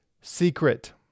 secret